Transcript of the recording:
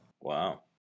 Wow